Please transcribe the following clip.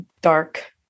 dark